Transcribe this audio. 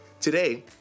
Today